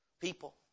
People